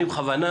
אני בכוונה